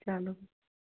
چلو